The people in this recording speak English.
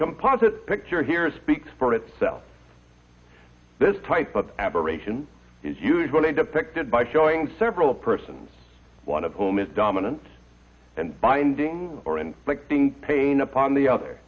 composite picture here speaks for itself this type of aberration is usually depicted by showing several persons one of whom is dominant and binding or inflicting pain upon the other